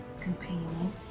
companion